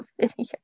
video